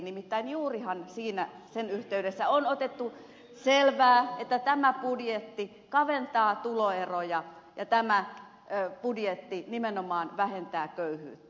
nimittäin juurihan sen yhteydessä on otettu selvää että tämä budjetti kaventaa tuloeroja ja tämä budjetti nimenomaan vähentää köyhyyttä